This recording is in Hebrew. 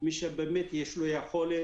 מי שבאמת יש לו יכולת